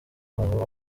wabo